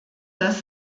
dass